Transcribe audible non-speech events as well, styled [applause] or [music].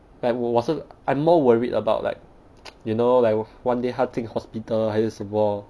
like 我我是 I'm more worried about like [noise] you know like one day 他进 hospital 还是什么